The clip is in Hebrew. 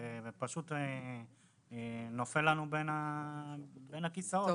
זה פשוט נופל בין הכיסאות.